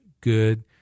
good